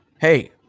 hey